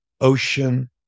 ocean